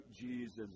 Jesus